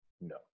no